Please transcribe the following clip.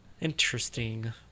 Interesting